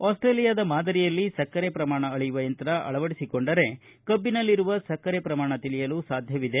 ಆಸ್ಟೇಲಿಯಾದ ಮಾದರಿಯಲ್ಲಿ ಸಕ್ಕರೆ ಪ್ರಮಾಣ ಅಳೆಯುವ ಯಂತ್ರ ಅಳವಡಿಸಿಕೊಂಡರೆ ಕಬ್ಬಿನಲ್ಲಿರುವ ಸಕ್ಕರೆ ಪ್ರಮಾಣ ತಿಳಿಯಲು ಸಾಧ್ಯವಿದೆ